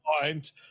point